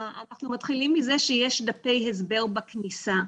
אנחנו מתחילים מזה שיש דפי הסבר בכניסה,